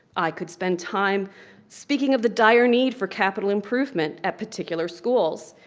i could spend time speaking of the dire need for capital improvement at particular schools.